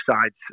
sides